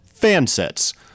FANSETS